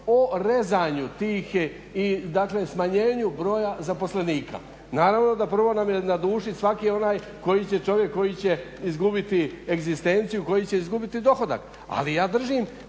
o rezanju tih i smanjenju broja zaposlenika. Naravno da nam je prvo na duši svaki onaj čovjek koji će izgubiti egzistenciju koji će izgubiti dohodak, ali ja držim